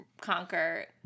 conquer